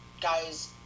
guys